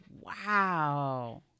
Wow